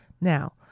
Now